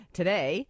today